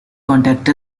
contact